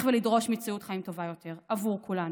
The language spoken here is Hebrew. ולדרוש מציאות חיים טובה יותר עבור כולנו.